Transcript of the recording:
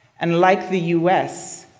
and like the us,